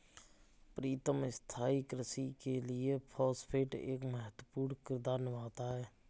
प्रीतम स्थाई कृषि के लिए फास्फेट एक महत्वपूर्ण किरदार निभाता है